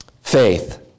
faith